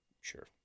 Sure